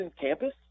campus